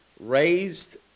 raised